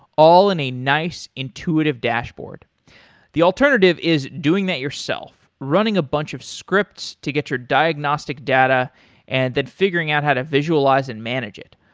all in a nice intuitive dashboard the alternative is doing that yourself running a bunch of scripts to get your diagnostic data and then figuring out how to visualize and manage it.